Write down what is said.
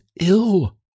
ill